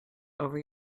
over